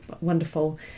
wonderful